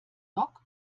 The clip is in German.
dock